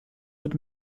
wird